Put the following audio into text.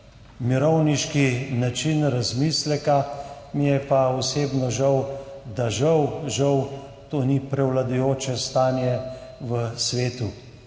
mirovniški način razmisleka, mi je pa osebno žal, da žal žal to ni prevladujoče stanje v svetu.